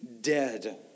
dead